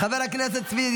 חבר הכנסת ווליד טאהא,